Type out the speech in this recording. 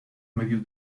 medios